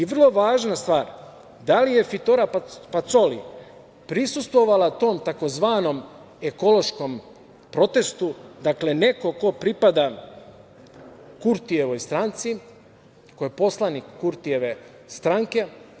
Vrlo je važna stvar da li je Fitore Pacoli prisustvovala tom tzv. ekološkom protestu, dakle, neko ko pripada Kurtijevoj stranci, koja je poslanik Kurtijeve stranke.